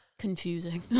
confusing